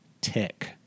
tick